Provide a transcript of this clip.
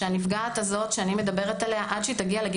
הנפגעת הזו שאני מדברת עליה עד שהיא תגיע לגיל